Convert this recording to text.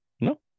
No